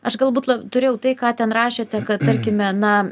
aš galbūt la turėjau tai ką ten rašėte kad tarkime na